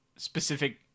specific